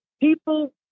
people